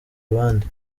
abandi